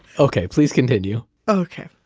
okay please continue okay.